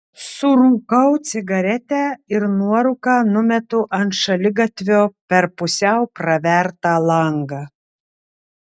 surūkau cigaretę ir nuorūką numetu ant šaligatvio per pusiau pravertą langą